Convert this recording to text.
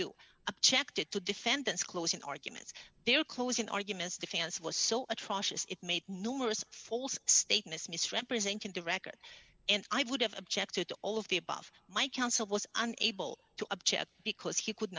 the defendants closing arguments their closing arguments the fans was so atrocious it made numerous false statements misrepresenting the record and i would have objected to all of the above my counsel was unable to object because he could